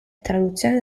traduzione